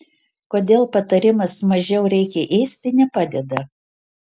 kodėl patarimas mažiau reikia ėsti nepadeda